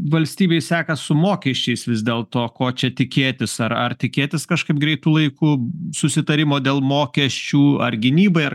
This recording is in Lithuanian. valstybei sekas su mokesčiais vis dėl to ko čia tikėtis ar ar tikėtis kažkaip greitu laiku susitarimo dėl mokesčių ar gynybai ar